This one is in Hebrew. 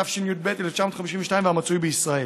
התשי"ב 1952, ומצוי בישראל.